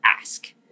ask